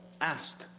ask